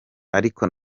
ariko